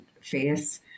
face